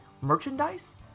merchandise